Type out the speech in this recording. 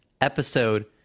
episode